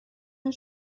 der